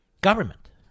Government